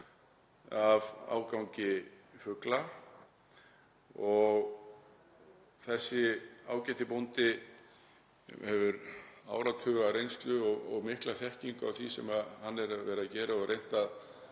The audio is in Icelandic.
af ágangi fugla. Þessi ágæti bóndi hefur áratugareynslu og mikla þekkingu á því sem hann hefur verið að gera og reynt